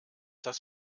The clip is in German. das